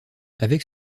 avec